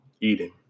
Eating